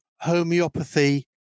homeopathy